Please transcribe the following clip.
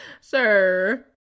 sir